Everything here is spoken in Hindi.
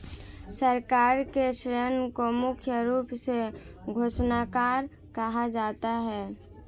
सरकार के ऋण को मुख्य रूप से कोषागार कहा जाता है